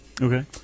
Okay